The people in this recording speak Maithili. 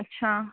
अच्छा